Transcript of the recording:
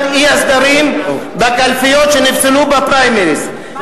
אי-הסדרים בקלפיות שנפסלו בפריימריס.